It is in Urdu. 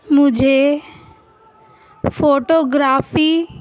مجھے فوٹوگرافی